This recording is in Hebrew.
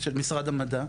משרד המדע.